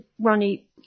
Ronnie